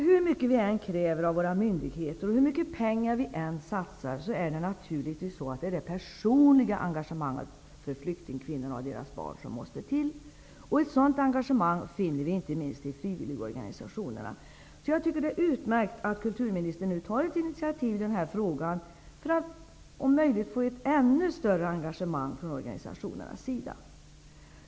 Hur mycket vi än kräver av våra myndigheter och hur mycket pengar vi än satsar, är det nödvändigt med ett personligt engagemang för inte minst flyktingkvinnorna och deras barn. Ett sådant engagemang finner vi inte minst i frivilligorganisationerna. Det är utmärkt att kulturministern nu tar ett initiativ i denna fråga för att om möjligt få ett ännu större engagemang från organisationernas sida.